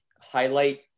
highlight